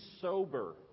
sober